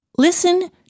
Listen